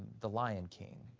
the lion king?